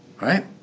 right